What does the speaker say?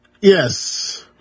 Yes